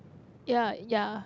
ya ya